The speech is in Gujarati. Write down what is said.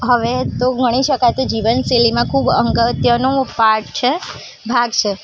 હવે તો ગણી શકાય કે જીવનશૈલીમાં ખૂબ અગત્યનું પાર્ટ છે ભાગ છે